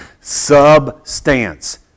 Substance